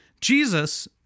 Jesus